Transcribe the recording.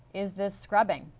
is this scrubbing?